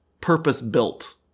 purpose-built